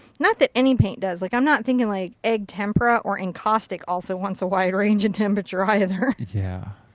not that any paint does. like i'm not thinking like egg tempera or encaustic also wants a wide range in temperature. i have heard. yeah.